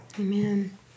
Amen